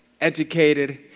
educated